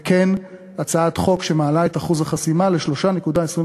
וכן הצעת חוק שמעלה את אחוז החסימה ל-3.25%.